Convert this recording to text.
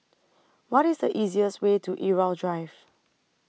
What IS The easiest Way to Irau Drive